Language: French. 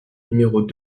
numéros